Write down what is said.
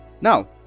now